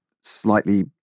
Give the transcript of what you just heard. slightly